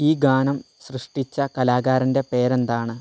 ഈ ഗാനം സൃഷ്ടിച്ച കലാകാരൻ്റെ പേരെന്താണ്